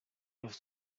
off